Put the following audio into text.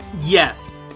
Yes